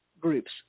groups